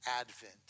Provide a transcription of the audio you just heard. advent